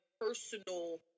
personal